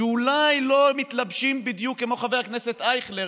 שאולי לא מתלבשים בדיוק כמו חבר הכנסת אייכלר,